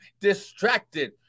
distracted